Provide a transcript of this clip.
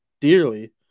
dearly